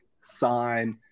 sign